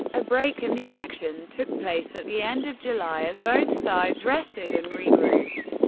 a break in the action took place at the end of july as both sides rested and regrouped.